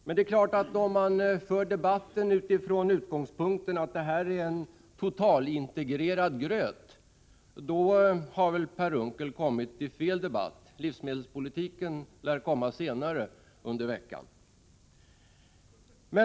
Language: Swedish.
Om Per Unckel för debatten utifrån utgångspunkten att detta är en totalintegrerad gröt, då har han kommit till fel debatt. Livsmedelspolitiken lär komma upp senare under veckan.